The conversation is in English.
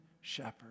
shepherd